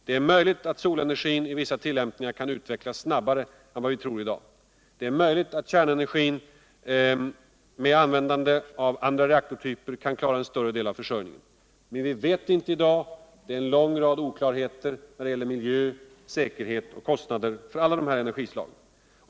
Det är möjligt att solenergin i vissa tillämpningar kan utvecklas snabbare än vad vi tror 1 dag. Det är möjligt att kärnenergin med användande av andra Energiforskning, 110 reaktortyper kan klara en större del av försörjningen. Men vi vet det inte i dag. Det finns en lång rad oklarheter när det gäller miljö. säkerhet och kostnader för alla de här energislagen.